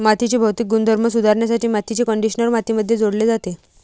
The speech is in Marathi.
मातीचे भौतिक गुणधर्म सुधारण्यासाठी मातीचे कंडिशनर मातीमध्ये जोडले जाते